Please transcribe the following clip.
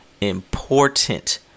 important